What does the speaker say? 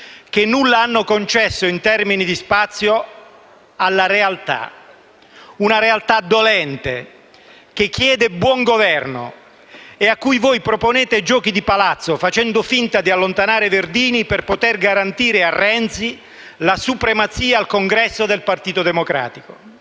che nulla hanno concesso in termini di spazio alla realtà. Una realtà dolente, che chiede buon governo e a cui voi proponete giochi di palazzo, facendo finta di allontanare Verdini per poter garantire a Renzi la supremazia al congresso del Partito Democratico.